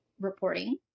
reporting